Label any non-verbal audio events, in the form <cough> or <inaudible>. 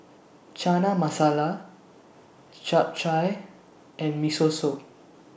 <noise> Chana Masala Japchae and Miso Soup